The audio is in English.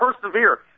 persevere